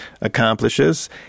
accomplishes